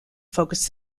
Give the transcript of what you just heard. focus